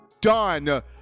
done